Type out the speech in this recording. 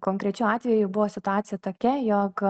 konkrečiu atveju buvo situacija tokia jog